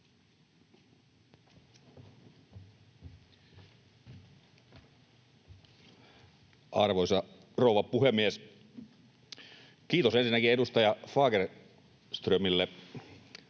Arvoisa rouva puhemies! Kiitos ensinnäkin edustaja Fagerströmille